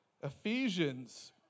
Ephesians